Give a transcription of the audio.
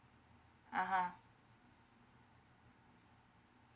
uh !huh!